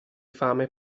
fame